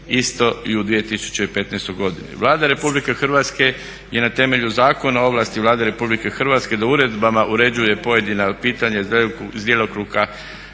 isto i u 2015. godini. Vlada Republike Hrvatske je na temelju Zakona o ovlasti Vlade Republike Hrvatske da uredbama uređuje pojedina pitanja iz djelokruga